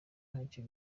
ntacyo